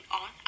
on